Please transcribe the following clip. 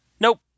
Nope